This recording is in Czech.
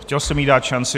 Chtěl jsem jí dát šanci.